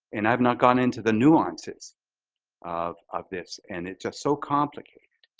and i've not gone into the nuances of of this and it just so complicated.